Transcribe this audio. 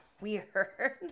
Weird